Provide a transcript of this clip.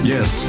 Yes